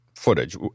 footage